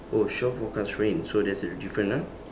oh shore forecast rain so that's a different ah